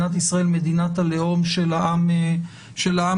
ישראל - מדינת הלאום של העם היהודי,